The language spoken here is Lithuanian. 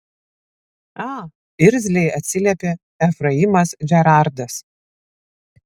a irzliai atsiliepė efraimas džerardas